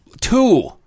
Two